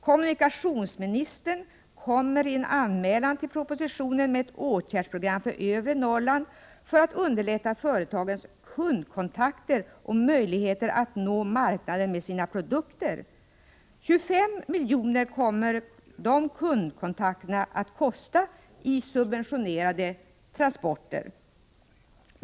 Kommunikationsministern kommer i en anmälan till propositionen med ett åtgärdsprogram för övre Norrland för att underlätta företagens kundkontakter och möjligheter att nå marknaden med sina produkter. 25 miljoner kommer de kundkontakterna att kosta i subventionerade transporter.